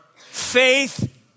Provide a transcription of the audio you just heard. Faith